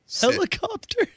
Helicopter